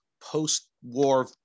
post-war